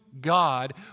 God